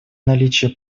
наличие